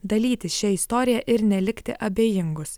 dalytis šia istorija ir nelikti abejingus